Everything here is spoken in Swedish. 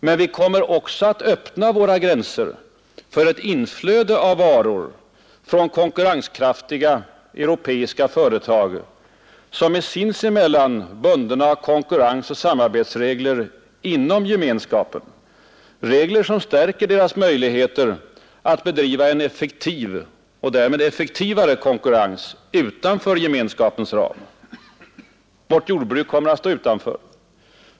Men vi kommer också att öppna våra gränser för ett inflöde av varor från konkurrenskraftiga europeiska företag, som är sinsemellan bundna av konkurrensoch samarbetsregler inom Gemenskapen, vilka stärker deras möjligheter att bedriva en effektivare konkurrens utanför Gemenskapens ram. Vårt jordbruk kommer att stå utanför.